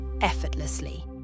effortlessly